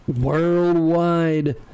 worldwide